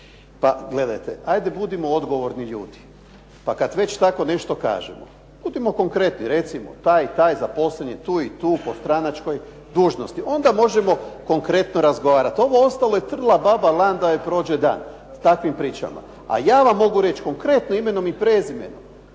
Pa gledajte, pa budimo odgovorni ljudi, pa kada već tako nešto kažemo, budimo konkretni pa recimo taj i taj zaposleni tu i tu po stranačkoj dužnosti, onda možemo konkretno razgovarati, ovo ostalo je trla baba lan da joj prođe dan, s takvim pričama. A ja vam mogu reći konkretno s imenom i prezimenom,